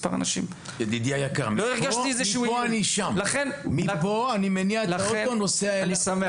מספר אנשים ולא הרגשתי שום איום או סכנה.